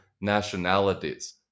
nationalities